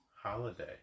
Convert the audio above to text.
holiday